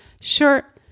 sure